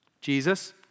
Jesus